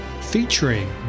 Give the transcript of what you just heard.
featuring